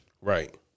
Right